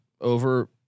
over